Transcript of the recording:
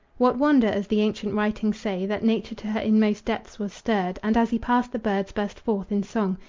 what wonder, as the ancient writings say, that nature to her inmost depths was stirred, and as he passed the birds burst forth in song,